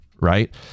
right